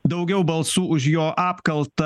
daugiau balsų už jo apkaltą